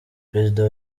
prezida